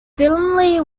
delaney